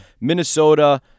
Minnesota –